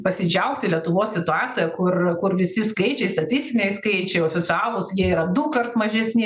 pasidžiaugti lietuvos situacija kur kur visi skaičiai statistiniai skaičiai oficialūs jie yra dukart mažesni